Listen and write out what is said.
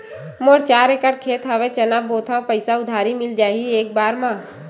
मोर चार एकड़ खेत हवे चना बोथव के पईसा उधारी मिल जाही एक बार मा?